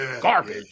garbage